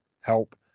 help